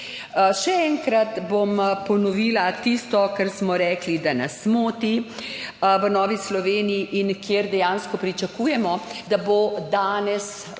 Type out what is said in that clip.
Še enkrat bom ponovila tisto, kar smo rekli, da nas moti v Novi Sloveniji, in kjer dejansko pričakujemo, da bo danes Vlada